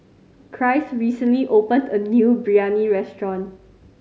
Christ recently opened a new Biryani restaurant